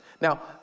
Now